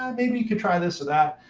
um maybe you could try this or that.